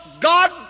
God